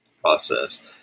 process